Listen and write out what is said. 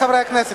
חוק ומשפט.